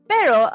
Pero